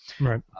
Right